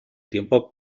tiempo